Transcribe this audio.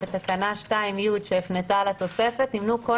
בתקנה 2(י) שהפנתה לתוספת נמנו כל